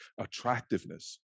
attractiveness